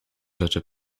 rzeczy